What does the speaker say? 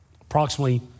Approximately